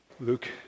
Luke